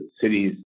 Cities